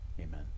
amen